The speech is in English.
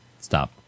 stop